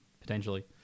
potentially